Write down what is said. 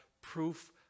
proof